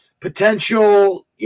potential